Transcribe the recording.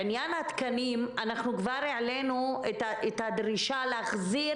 בעניין התקנים אנחנו כבר העלינו את הדרישה להחזיר